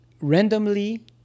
randomly